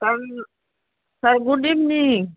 sir sir good evening